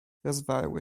rozwarły